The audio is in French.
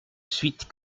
suite